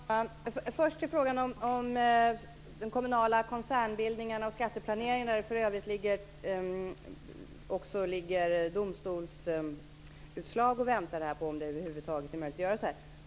Fru talman! Först till frågan om den kommunala koncernbildningen och skatteplaneringen, där det för övrigt finns domstolsutslag som ligger och väntar på om det över huvud taget är möjligt att göra på detta sätt.